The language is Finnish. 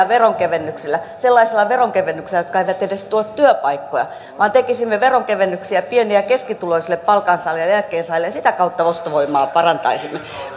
veronkevennyksillä sellaisilla veronkevennyksillä jotka eivät edes tuo työpaikkoja vaan tekisimme veronkevennyksiä pieni ja keskituloisille palkansaajille ja eläkkeensaajille ja sitä kautta ostovoimaa parantaisimme